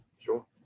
Sure